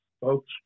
folks